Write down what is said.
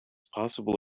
possible